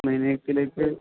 ക്ലിനിക്കിലേക്ക്